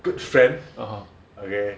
good friend okay